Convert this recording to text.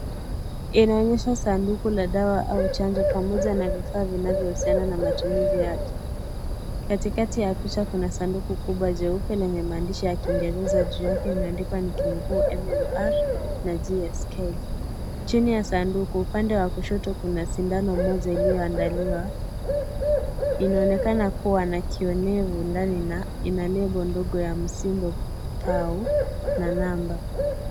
Inaonyesha sanduku la dawa au chanjo pamoja na matumizi ya bidhaa zinazohusiana na matibabu katikati ya sanduku. Kuna sanduku kubwa jeusi lenye maandishi ya kiingereza ya AMR chini ya sanduku upande wa kushoto. Kuna sindano yenye iliyoandaliwa inaonekana kuwa na msimbo au namba